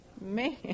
man